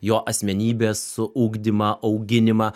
jo asmenybės ugdymą auginimą